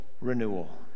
renewal